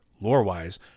lore-wise